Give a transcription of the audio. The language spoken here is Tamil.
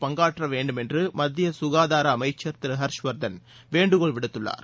பங்காற்ற வேண்டும் என்று மத்திய ககாதார அமைச்சள் திரு ஹாஷ்வா்தன் வேண்டுகோள் விடுத்துள்ளார்